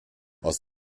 aus